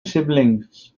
siblings